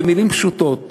במילים פשוטות,